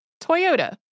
Toyota